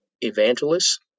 evangelist